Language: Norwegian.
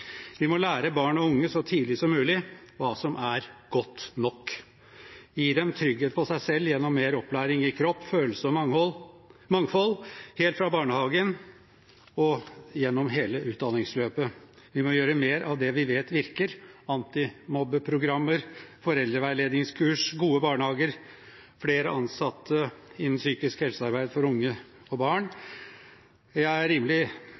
Vi må lære barn og unge så tidlig som mulig hva som er godt nok, gi dem trygghet på seg selv gjennom mer opplæring i kropp, følelse og mangfold helt fra barnehagen og gjennom hele utdanningsløpet. Vi må gjøre mer av det vi vet virker: antimobbeprogrammer, foreldreveiledningskurs, gode barnehager og flere ansatte innen psykisk helsearbeid for unge og barn. Jeg har en rimelig